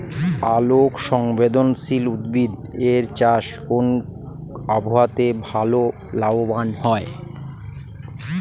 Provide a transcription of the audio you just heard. আলোক সংবেদশীল উদ্ভিদ এর চাষ কোন আবহাওয়াতে ভাল লাভবান হয়?